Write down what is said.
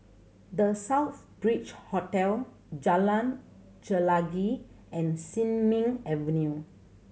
The Southbridge Hotel Jalan Chelagi and Sin Ming Avenue